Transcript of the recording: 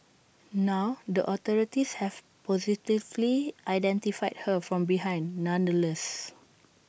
now the authorities have positively identified her from behind nonetheless